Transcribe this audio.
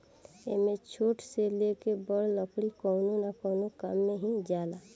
एमे छोट से लेके बड़ लकड़ी कवनो न कवनो काम मे ही जाला